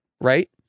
right